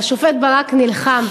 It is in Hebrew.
והשופט ברק נלחם,